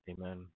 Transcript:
Amen